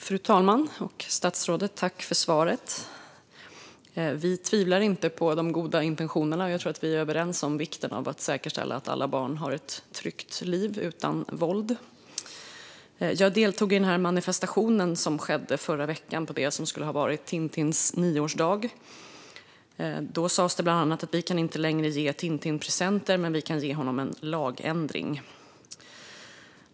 Fru talman! Tack, statsrådet, för svaret! Jag tvivlar inte på de goda intentionerna. Jag tror att vi är överens om vikten av att säkerställa att alla barn har ett tryggt liv utan våld. Jag deltog i manifestationen i förra veckan på det som skulle ha varit Tintins nioårsdag. Då sades bland annat att vi inte längre kan ge Tintin presenter, men vi kan ge honom en lagändring.